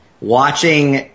watching